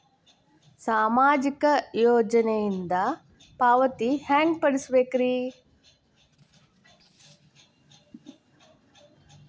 ಸಾಮಾಜಿಕ ಯೋಜನಿಯಿಂದ ಪಾವತಿ ಹೆಂಗ್ ಪಡಿಬೇಕು?